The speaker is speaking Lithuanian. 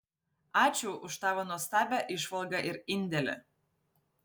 ačiū už tavo nuostabią įžvalgą ir indėlį